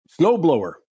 snowblower